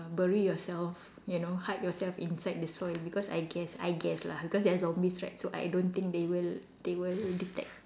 bury yourself you know hide yourself inside the soil because I guess I guess lah because there are zombies right so I don't think they will they will detect